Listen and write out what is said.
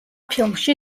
ფილმში